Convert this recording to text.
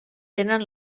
tenen